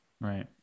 Right